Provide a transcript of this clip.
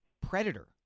Predator